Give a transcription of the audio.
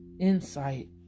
insight